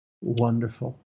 wonderful